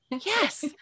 yes